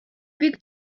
бик